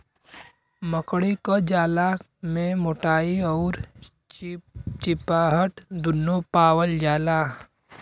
मकड़ी क जाला में मोटाई अउर चिपचिपाहट दुन्नु पावल जाला